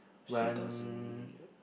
when